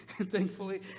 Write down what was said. thankfully